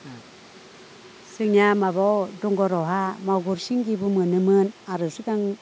जोंनिया माबायाव दंगरावहा मागुर सिंगिबो मोनोमोन आरो सिगां